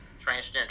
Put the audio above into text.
transgender